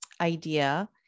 idea